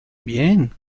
bien